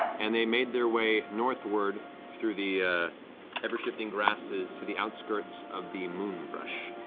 and they made their way northward through the ever-shifting grasses to the outskirts of the moonbrush,